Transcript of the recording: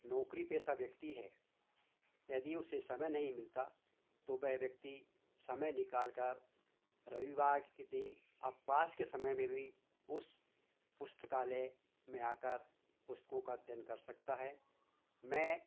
नौकरी पेशा व्यक्ति है यदि उसे समय नही मिलता तो वह व्यक्ति समय निकालकर रविवार के दिन अवकाश के समय में हीं उस पुस्तकालय में आकारपुस्तकों का अध्ययन कर सकता है मैं